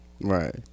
right